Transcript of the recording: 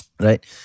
right